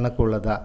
எனக்கு உள்ளதா